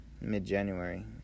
mid-January